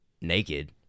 naked